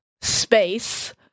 space